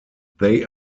they